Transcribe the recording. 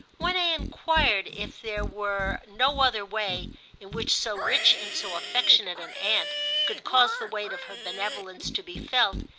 when i enquired if there were no other way in which so rich and so affectionate an aunt could cause the weight of her benevolence to be felt,